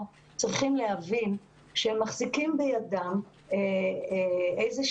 צריכים להבין שהם מחזיקים בידם איזשהו